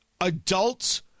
adults